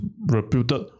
reputed